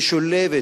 משולבת,